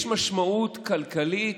יש משמעות כלכלית,